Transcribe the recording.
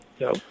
no